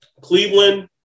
Cleveland